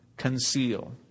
conceal